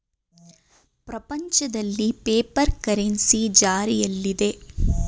ಪ್ರಪಂಚದಲ್ಲಿ paper currency ಜಾರಿಯಲ್ಲಿದೆ